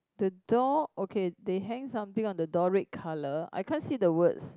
the door okay they hang something on the door red colour I can't see the words